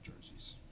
jerseys